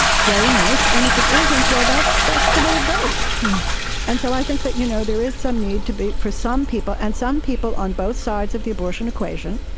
very nice and if it isn't, well, that's that's the way it goes and so i think that you know there is some need for some people and some people on both sides of the abortion equation,